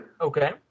Okay